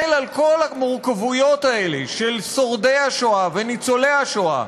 על כל המורכבויות האלה של שורדי השואה וניצולי השואה,